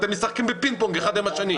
אתם משחקים בפינג פונג אחד עם השני,